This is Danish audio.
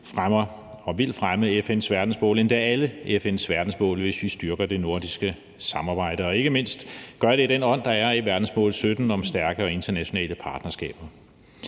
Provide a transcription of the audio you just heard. fremmer og vil fremme FN's verdensmål. Det gælder endda for alle FN's verdensmål, hvis vi styrker det nordiske samarbejde og ikke mindst gør det i den ånd, der er i verdensmål 17 om stærke og internationale partnerskaber.